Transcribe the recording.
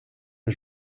est